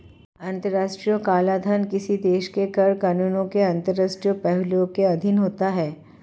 अंतर्राष्ट्रीय कराधान किसी देश के कर कानूनों के अंतर्राष्ट्रीय पहलुओं के अधीन होता है